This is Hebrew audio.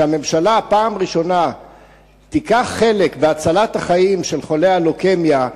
שהממשלה פעם ראשונה תיקח חלק בהצלת החיים של חולי הלוקמיה,